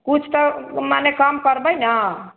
किछु तऽ मने कम करबै ने